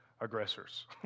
aggressors